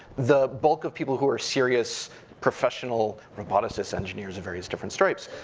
the bulk of people who are serious professional roboticist engineers of various different stripes,